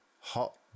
Hot